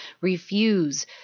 refuse